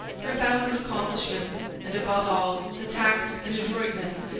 her thousand accomplishments, and, above all, the tact, and adroitness,